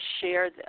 share